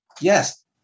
yes